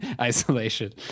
isolation